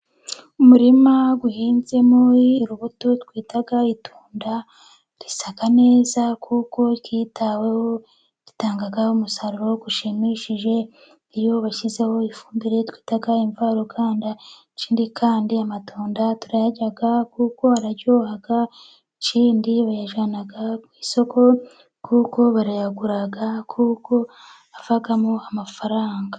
Umurima uhinzemo urubuto twita itunda risa neza kuko ryitaweho, ritanga umusaruro ushimishije iyo bashyizeho ifumbire twita imvaruganda, ikindi kandi amatunda turayarya kuko araryoha, ikindi bayajyana ku isoko kuko barayagura kuko avamo amafaranga.